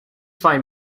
find